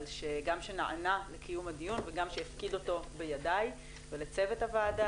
גם על כך שנענה לקיום הדיון וגם שהפקיד אותו בידיי ולצוות הוועדה,